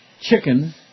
chicken